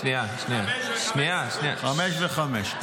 חמש וחמש.